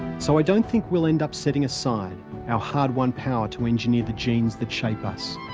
so, i don't think we'll end up setting aside our hard-won power to engineer the genes that shape us.